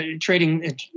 trading